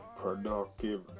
productive